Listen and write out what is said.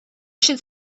should